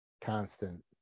constant